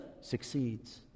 succeeds